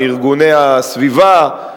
מארגוני הסביבה,